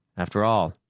after all,